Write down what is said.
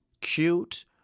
cute